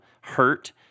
hurt